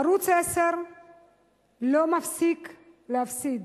ערוץ-10 לא מפסיק להפסיד,